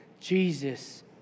Jesus